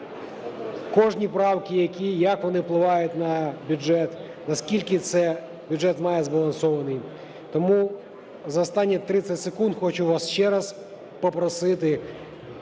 кожні правки, які і як вони впливають на бюджет, наскільки цей бюджет має збалансований. Тому за останні 30 секунд хочу у вас ще раз попросити